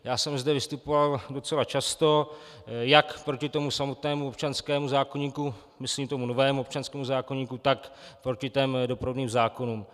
Já jsem zde vystupoval docela často jak proti tomu samotnému občanskému zákoníku, myslím tomu novému občanskému zákoníku, tak proti těm doprovodným zákonům.